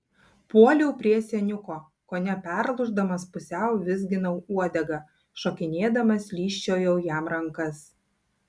puoliau prie seniuko kone perlūždamas pusiau vizginau uodegą šokinėdamas lyžčiojau jam rankas